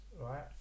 right